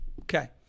Okay